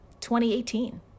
2018